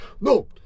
No